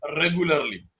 regularly